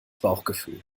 bauchgefühl